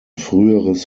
früheres